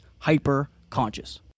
hyperconscious